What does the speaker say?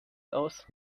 aus